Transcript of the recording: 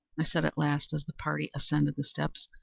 i said at last, as the party ascended the steps,